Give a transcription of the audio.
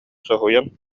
соһуйан